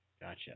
Gotcha